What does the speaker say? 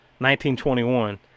1921